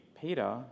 Peter